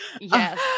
yes